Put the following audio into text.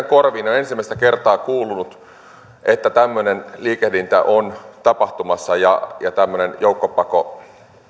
korviinne on ensimmäistä kertaa kuulunut että tämmöinen liikehdintä on tapahtumassa ja tämmöinen joukkopako